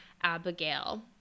Abigail